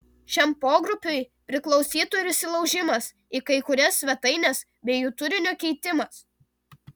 šiam pogrupiui priklausytų ir įsilaužimas į kai kurias svetaines bei jų turinio keitimas